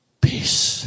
Peace